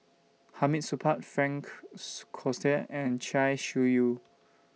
Hamid Supaat Frank's and Chia Shi Lu